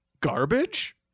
garbage